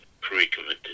Pre-committed